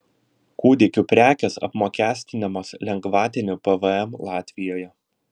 kūdikių prekės apmokestinamos lengvatiniu pvm latvijoje